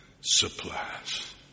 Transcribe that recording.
supplies